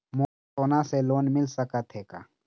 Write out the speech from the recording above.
मोला सोना से लोन मिल सकत हे का?